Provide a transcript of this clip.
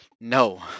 No